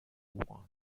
want